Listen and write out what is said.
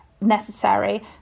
necessary